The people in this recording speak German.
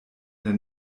der